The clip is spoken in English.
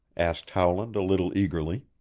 asked howland a little eagerly.